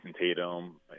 Tatum